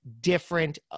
different